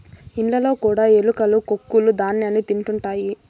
ఇండ్లలో కూడా ఎలుకలు కొక్కులూ ధ్యాన్యాన్ని తింటుంటాయి